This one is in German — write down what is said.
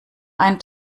ein